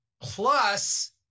Plus